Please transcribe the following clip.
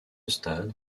stade